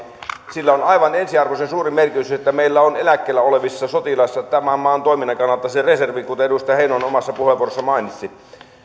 on aivan ensiarvoisen suuri merkitys sillä että meillä on eläkkeellä olevissa sotilaissa tämän maan toiminnan kannalta se reservi kuten edustaja heinonen omassa puheenvuorossaan mainitsi